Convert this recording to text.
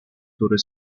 który